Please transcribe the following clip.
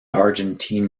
argentine